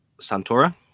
Santora